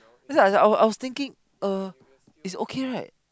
that's why I I was thinking uh it's okay right